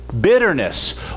bitterness